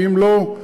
ואם לא,